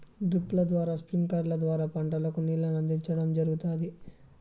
డ్రిప్పుల ద్వారా స్ప్రింక్లర్ల ద్వారా పంటలకు నీళ్ళను అందించడం జరుగుతాది